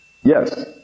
Yes